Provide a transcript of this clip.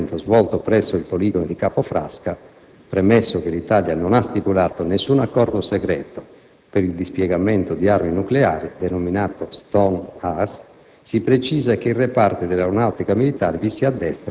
Per quanto concerne, ora, la tipologia di addestramento svolto presso il poligono di Capo Frasca, premesso che l'Italia non ha stipulato nessun accordo segreto per il dispiegamento di armi nucleari, denominato Stone Ax,